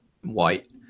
white